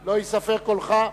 לא ייספר קולך.